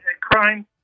crime